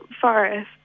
Forest